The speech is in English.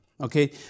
Okay